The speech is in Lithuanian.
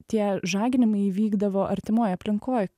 tie žaginimai įvykdavo artimoj aplinkoj